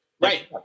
Right